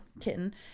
kitten